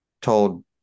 told